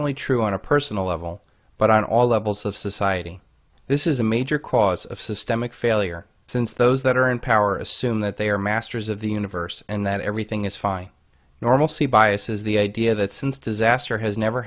only true on a personal level but on all levels of society this is a major cause of systemic failure since those that are in power assume that they are masters of the universe and that everything is fine normalcy bias is the idea that since disaster has never